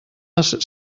les